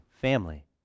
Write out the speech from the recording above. family